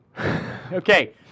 Okay